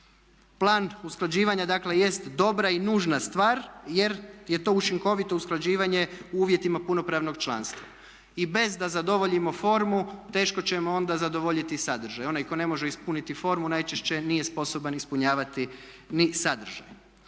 Plan usklađivanja dakle jest dobra i nužna stvar jer je to učinkovito usklađivanje u uvjetima punopravnog članstva. I bez da zadovoljimo formu teško ćemo onda zadovoljiti i sadržaj. Onaj tko ne može ispuniti formu najčešće nije sposoban ispunjavati ni sadržaj.